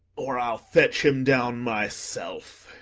or i'll fetch him down myself.